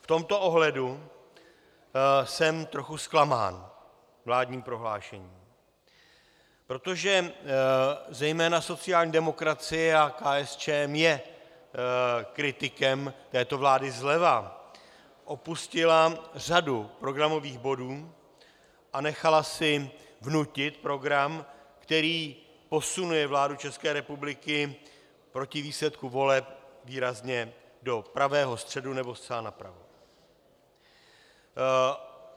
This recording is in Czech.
V tomto ohledu jsem trochu zklamán vládním prohlášením, protože zejména sociální demokracie, a KSČM je kritikem této vlády zleva, opustila řadu programových bodů a nechala si vnutit program, který posunuje vládu České republiky proti výsledku voleb výrazně do pravého středu nebo zcela napravo.